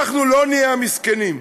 אנחנו לא נהיה המסכנים,